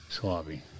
Swabby